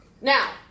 Now